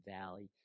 valley